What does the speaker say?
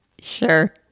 Sure